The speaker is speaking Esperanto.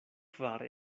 kvar